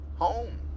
home